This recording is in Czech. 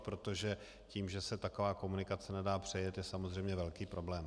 Protože to, že se taková komunikace nedá přejet, je samozřejmě velký problém.